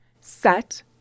Set